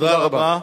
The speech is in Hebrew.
תודה רבה.